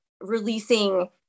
releasing